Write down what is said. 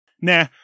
nah